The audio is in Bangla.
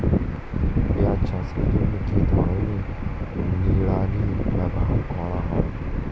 পিঁয়াজ চাষের জন্য কি ধরনের নিড়ানি ব্যবহার করা হয়?